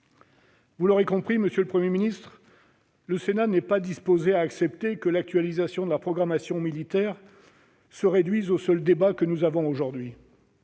Vous l'aurez compris, monsieur le Premier ministre, le Sénat n'est pas disposé à accepter que l'actualisation de la programmation militaire se réduise au seul débat que nous avons aujourd'hui.